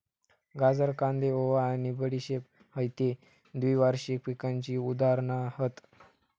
गाजर, कांदे, ओवा आणि बडीशेप हयते द्विवार्षिक पिकांची उदाहरणा हत